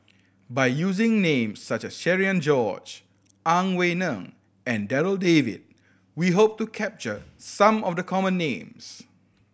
by using names such as Cherian George Ang Wei Neng and Darryl David we hope to capture some of the common names